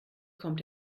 kommt